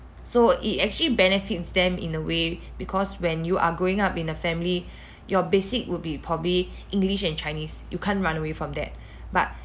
so it actually benefits them in a way because when you are growing up in a family your basic would be probably english and chinese you can't run away from that but